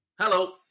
Hello